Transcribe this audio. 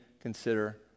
consider